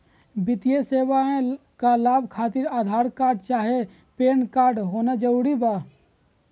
वित्तीय सेवाएं का लाभ खातिर आधार कार्ड चाहे पैन कार्ड होना जरूरी बा?